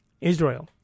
Israel